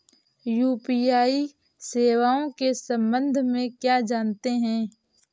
UPI सेवाओं के संबंध में क्या जानते हैं?